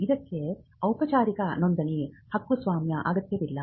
ಇದಕ್ಕೆ ಔಪಚಾರಿಕ ನೋಂದಣಿ ಹಕ್ಕುಸ್ವಾಮ್ಯ ಅಗತ್ಯವಿಲ್ಲ